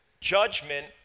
judgment